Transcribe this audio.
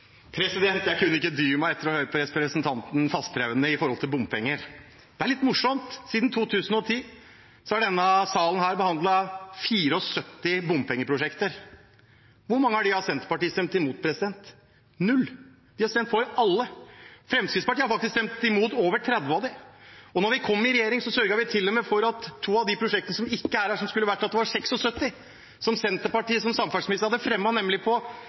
Jeg kunne ikke dy meg etter å ha hørt representanten Fasteraune snakke om bompenger. Det er litt morsomt. Siden 2010 har denne salen behandlet 74 bompengeprosjekter. Hvor mange av dem har Senterpartiet stemt imot? Null. De har stemt for alle. Fremskrittspartiet har faktisk stemt imot over 30 av dem. Da vi kom i regjering, sørget vi til og med for at to av de prosjektene som ikke er her, men som skulle vært her – det var 76 – ble borte, som Senterpartiet med samferdselsminister hadde fremmet, nemlig på